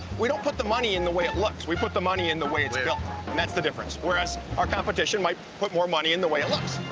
we don't put the money into the way it looks. we put the money in the way it's built. that's the difference. whereas, our competition might put more money in the way it looks.